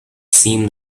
seemed